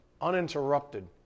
uninterrupted